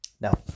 Now